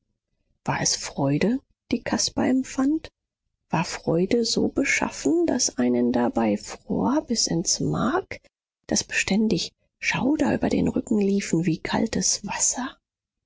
war es freude die caspar empfand war freude so beschaffen daß einen dabei fror bis ins mark daß beständig schauder über den rücken liefen wie kaltes wasser